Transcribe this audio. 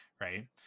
Right